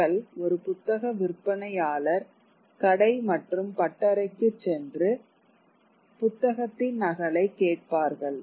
மக்கள் ஒரு புத்தக விற்பனையாளர் கடை மற்றும் பட்டறைக்குச் சென்று ஒரு புத்தகத்தின் நகலைக் கேட்பார்கள்